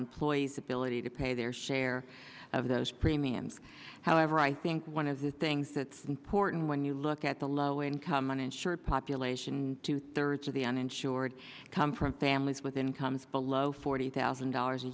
employee's ability to pay their share of those premiums however i think one of the things that's important when you look at the low income uninsured population two thirds of the uninsured come from families with incomes below forty thousand dollars a